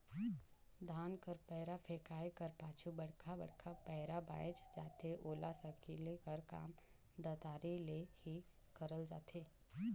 धान कर पैरा फेकाए कर पाछू बड़खा बड़खा पैरा बाएच जाथे ओला सकेले कर काम दँतारी ले ही करल जाथे